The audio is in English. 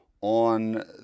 on